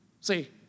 See